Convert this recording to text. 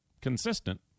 consistent